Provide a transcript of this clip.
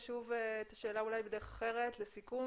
שוב את השאלה אולי בדרך אחרת לסיכום?